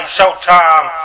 Showtime